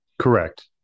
Correct